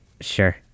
Sure